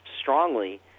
strongly